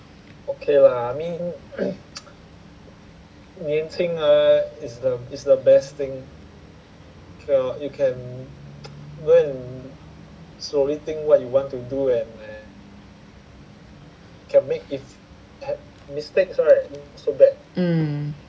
mm